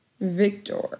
Victor